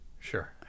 Sure